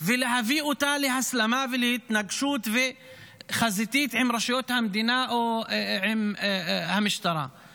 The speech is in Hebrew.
ולהביא אותה להסלמה ולהתנגשות חזיתית עם רשויות המדינה או עם המשטרה,